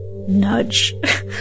nudge